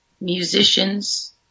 musicians